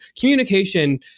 Communication